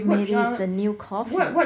maybe it's the new coffee